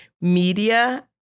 media